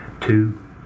two